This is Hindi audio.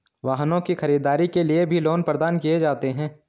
वाहनों की खरीददारी के लिये भी लोन प्रदान किये जाते हैं